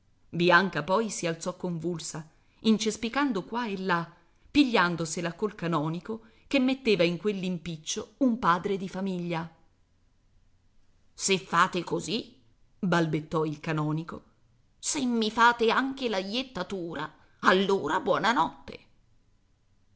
bianca poi si alzò convulsa incespicando qua e là pigliandosela col canonico che metteva in quell'impiccio un padre di famiglia se fate così balbettò il canonico se mi fate anche la jettatura allora